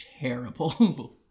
terrible